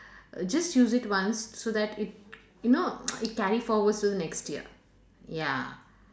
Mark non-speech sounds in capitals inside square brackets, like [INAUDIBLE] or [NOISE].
just use it once so that it you know [NOISE] it carry forward to the next year ya